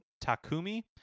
takumi